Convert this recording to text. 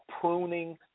pruning